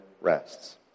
rests